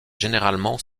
généralement